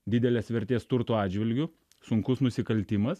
didelės vertės turto atžvilgiu sunkus nusikaltimas